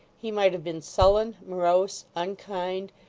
he might have been sullen, morose, unkind,